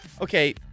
okay